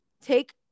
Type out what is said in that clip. take